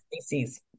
species